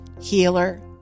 healer